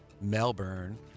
Melbourne